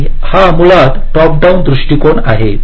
आणि हा मुळात टॉप डाउन दृष्टीकोन आहे